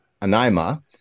anima